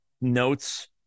notes